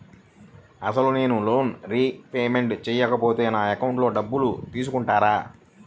అసలు నేనూ loan repayment చేయకపోతే నా అకౌంట్లో డబ్బులు తీసుకుంటారా?